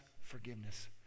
forgiveness